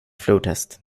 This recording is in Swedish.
flodhäst